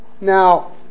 Now